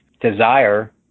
desire